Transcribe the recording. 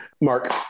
Mark